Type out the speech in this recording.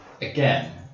Again